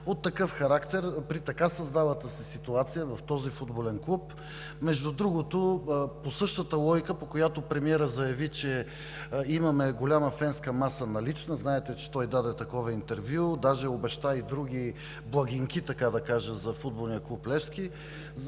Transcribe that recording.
от такъв характер при така създалата се ситуация в този футболен клуб? Между другото, по същата логика, по която премиерът заяви, че имаме налична голяма фенска маса, знаете, че той даде такова интервю, даже обеща и други благинки, така да кажа, за футболния клуб „Левски“,